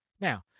Now